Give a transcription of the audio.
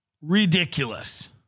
ridiculous